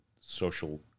social